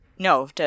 No